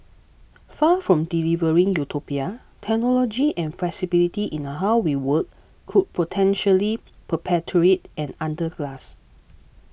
far from delivering utopia technology and flexibility in how we work could potentially perpetuate an underclass